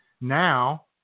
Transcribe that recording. Now